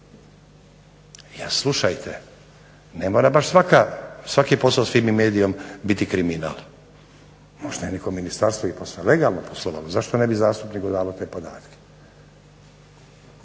Slušajte ne mora baš svaki posao s Fimi media biti kriminal, možda je neko ministarstvo posve legalno poslovalo zašto ne bi zastupniku dalo te podatke.